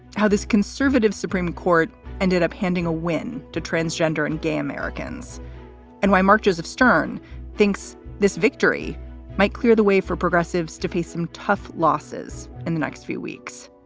how this conservative supreme court ended up handing a win to transgender and gay americans and why marchers of stern thinks this victory might clear the way for progressives to face some tough losses in the next few weeks.